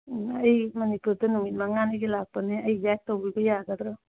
ꯑꯩ ꯃꯅꯤꯄꯨꯔꯗ ꯅꯨꯃꯤꯠ ꯃꯪꯉꯥꯅꯤꯒꯤ ꯂꯥꯛꯄꯅꯦ ꯑꯩ ꯒꯥꯏꯗ ꯇꯧꯕꯤꯕ ꯌꯥꯒꯗ꯭ꯔꯣ